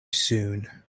soon